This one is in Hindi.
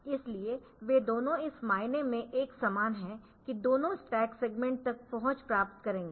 इसलिए वे दोनों इस मायने में एक समान है कि दोनों स्टैक सेगमेंट तक पहुंच प्राप्त करेंगे